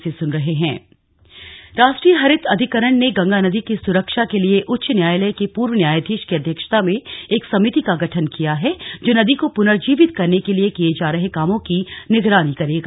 NGT राष्ट्रीय हरित अधिकरण ने गंगा नदी की सुरक्षा के लिए उच्च न्यायालय के पूर्व न्यायाधीश की अध्यक्षता में एक समिति का गठन किया है जो नदी को पुनर्जीवित करने के लिए किए जा रहे कामों की निगरानी करेगा